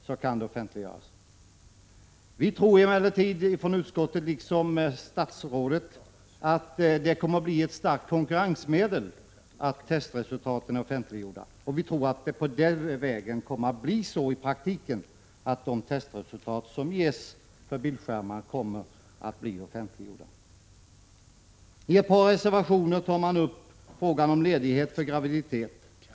Utskottsmajoriteten tror emellertid liksom statsrådet att det kommer att bli ett starkt konkurrensmedel att redovisa testresultat och att det i praktiken kommer att medföra att resultaten av bildskärmstester blir offentliga. I ett par reservationer upptas frågan om ledighet för graviditet.